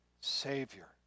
Savior